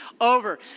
over